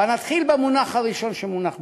אבל נתחיל במונח הראשון שמונח בדוח.